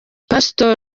pastor